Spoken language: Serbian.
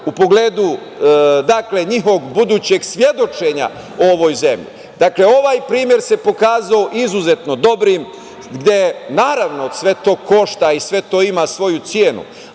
u pogledu njihovog budućeg svedočenja o ovoj zemlji. Dakle, ovaj primer se pokazao izuzetno dobrim gde, naravno sve to košta i sve to ima svoj ucenu,